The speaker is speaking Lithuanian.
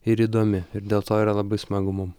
ir įdomi ir dėl to yra labai smagu mum